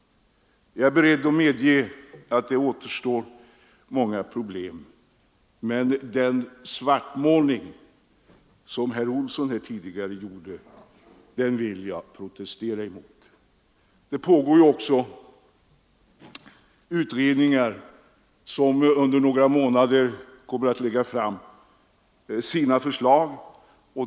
Jag är beredd att medge att det återstår många problem, men den svartmålning som herr Olsson här tidigare gjorde vill jag protestera mot. Det pågår också utredningar som inom några månader kommer att lägga fram sina förslag.